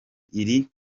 iri